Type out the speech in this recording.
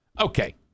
Okay